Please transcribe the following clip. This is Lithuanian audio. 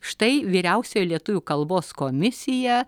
štai vyriausia lietuvių kalbos komisija